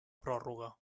pròrroga